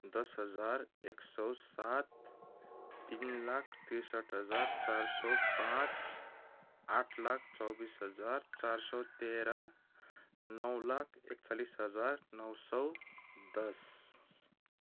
दस हजार एक सय सात तिन लाख त्रिसठ हजार चार सय पाँच आठ लाख चौबिस हजार चार सय तेह्र सय लाख एकचालिस हजार नौ सय दस